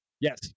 Yes